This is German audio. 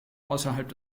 außerhalb